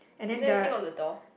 is there anything on the door